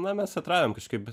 na mes atradom kažkaip